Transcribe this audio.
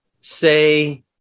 say